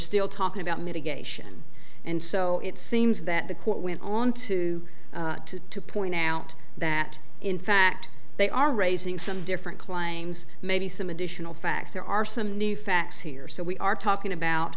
still talking about mitigation and so it seems that the court went on to point out that in fact they are raising some different claims maybe some additional facts there are some new facts here so we are talking about